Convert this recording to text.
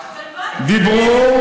דיברו,